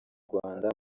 rwanda